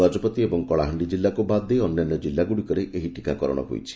ଗଜପତି ଏବଂ କଳାହାଣ୍ଡି ଜିଲ୍ଲାକୁ ବାଦ୍ ଦେଇ ଅନ୍ୟାନ୍ୟ ଜିଲ୍ଲାଗୁଡ଼ିକରେ ଏହି ଟିକାକରଣ ହୋଇଛି